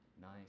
Nice